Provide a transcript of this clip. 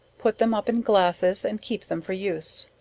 put them up in glasses, and keep them for use.